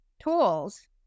tools